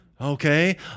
okay